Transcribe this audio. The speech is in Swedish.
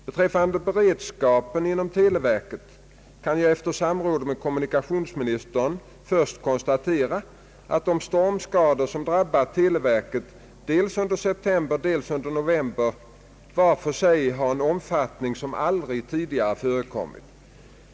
Beträffande beredskapen inom televerket kan jag efter samråd med kommunikationsministern först konstatera att de stormskador som drabbade televerket dels under september dels under november var för sig hade en omfattning som aldrig tidigare förekommit.